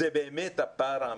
זה באמת הפער האמיתי.